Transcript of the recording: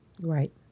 Right